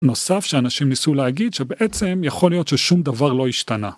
נוסף שאנשים ניסו להגיד שבעצם יכול להיות ששום דבר לא השתנה.